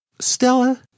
Stella